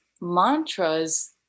mantras